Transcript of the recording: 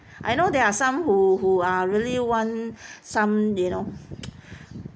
I know there are some who who are really want some you know